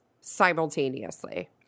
simultaneously